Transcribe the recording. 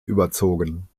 überzogen